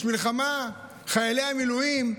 יש מלחמה, חיילי המילואים.